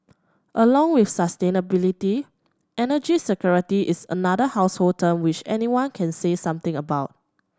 along with sustainability energy security is another household term which anyone can say something about